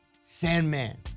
Sandman